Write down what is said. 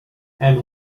and